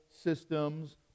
systems